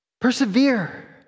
Persevere